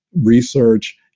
research